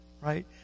right